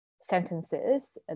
sentences